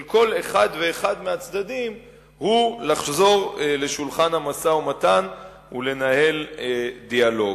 כל אחד ואחד מהצדדים הוא לחזור לשולחן המשא-ומתן ולנהל דיאלוג.